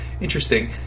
interesting